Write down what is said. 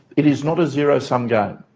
it is not a zero sum game.